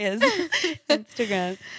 Instagram